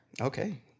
Okay